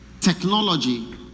Technology